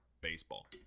baseball